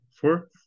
four